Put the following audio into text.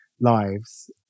lives